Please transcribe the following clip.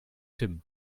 tim